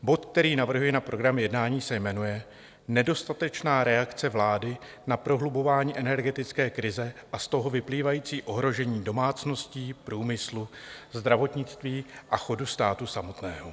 Bod, který navrhuji na program jednání, se jmenuje Nedostatečná reakce vlády na prohlubování energetické krize a z toho vyplývající ohrožení domácností, průmyslu, zdravotnictví a chodu státu samotného.